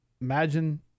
imagine –